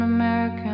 American